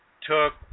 took